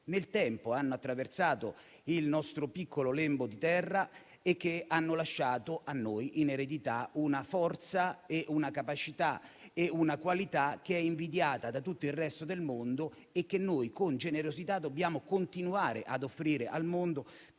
nel tempo hanno attraversato il nostro piccolo lembo di terra e che hanno lasciato a noi in eredità una forza, una capacità e una qualità che è invidiata da tutto il resto del mondo e che noi con generosità dobbiamo continuare ad offrire al mondo